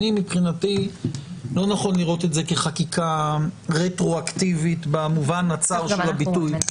מבחינתי לא נכון לראות את זה כחקיקה רטרואקטיבית במובן הצר של הביטוי.